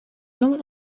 lang